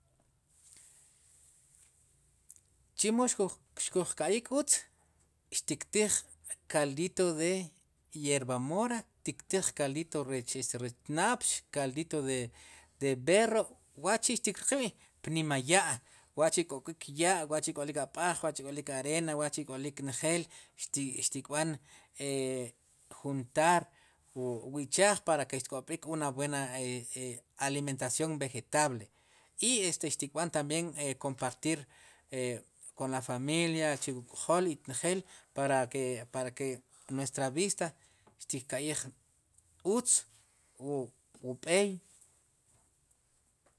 Chemo xkuj ka'yik utz xtiktij kaldito de yerbamora xtiktij kaldito de napx kaldito de berro wachi'xtkriq wi' pnima ya' wachi' k'ok'wik ya' k'olik ab'aj k'olik arena ik'olik njeel xtik b'an juntar wu ichaa para ke xtk'ob'ik una buena e una buena alimentación vegetable i xtkb'an tambien kompartir kon la familia xtkyaa chu wuk k'jol para, ke nuestra vida xtka'yij utz wu b'eey